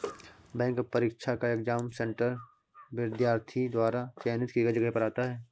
bank परीक्षा का exam centre विद्यार्थी द्वारा चयनित की गई जगह पर आता है